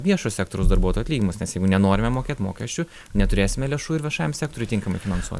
viešo sektoriaus darbuotojų atlyginimus nes jeigu nenorime mokėt mokesčių neturėsime lėšų ir viešajam sektoriui tinkamai finansuo